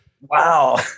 Wow